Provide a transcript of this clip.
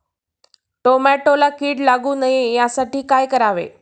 टोमॅटोला कीड लागू नये यासाठी काय करावे?